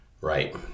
Right